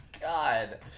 God